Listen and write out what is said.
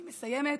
אני מסיימת.